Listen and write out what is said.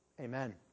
Amen